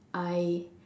I